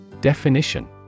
Definition